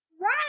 Right